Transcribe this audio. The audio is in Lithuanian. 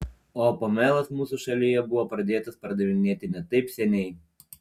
o pomelas mūsų šalyje buvo pradėtas pardavinėti ne taip seniai